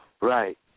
right